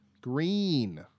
Green